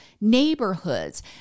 neighborhoods